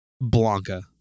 Blanca